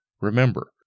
Remember